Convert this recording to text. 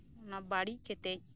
ᱚᱱᱟ ᱵᱟᱹᱲᱤᱡ ᱠᱟᱛᱮᱡ